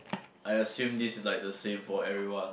I assume this is like the same for everyone